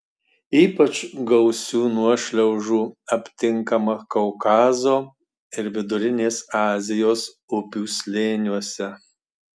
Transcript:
ypač gausių nuošliaužų aptinkama kaukazo ir vidurinės azijos upių slėniuose